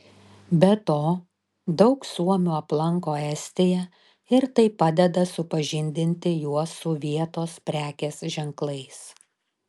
be to daug suomių aplanko estiją ir tai padeda supažindinti juos su vietos prekės ženklais